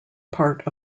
part